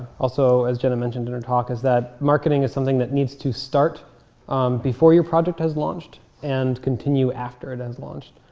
also as jenna mentioned in her talk, is that marketing is something that needs to start before your project has launched and continue after it has launched.